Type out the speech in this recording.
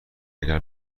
اگر